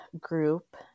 group